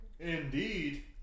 Indeed